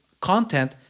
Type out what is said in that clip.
content